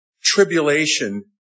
tribulation